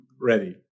ready